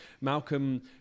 Malcolm